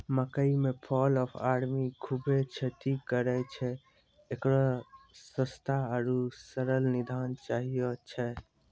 मकई मे fall of army खूबे क्षति करेय छैय, इकरो सस्ता आरु सरल निदान चाहियो छैय?